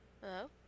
Hello